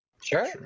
Sure